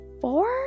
four